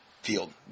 field